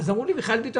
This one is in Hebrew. אמרו לי: מיכאל ביטון.